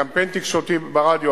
קמפיין תקשורתי ברדיו,